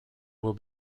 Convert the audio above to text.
will